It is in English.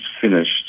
finished